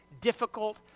difficult